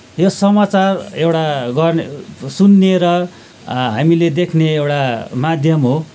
यो समाचार एउटा गर्ने सुन्ने र हामीले देख्ने एउटा माध्यम हो